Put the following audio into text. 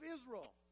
Israel